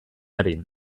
arin